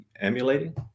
emulating